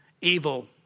evil